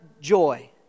joy